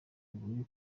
buri